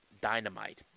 dynamite